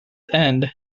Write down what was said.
end